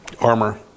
Armor